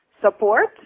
support